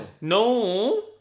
No